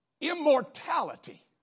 Immortality